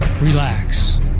relax